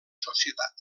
societat